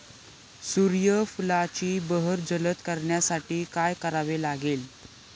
सूर्यफुलाची बहर जलद करण्यासाठी काय करावे लागेल?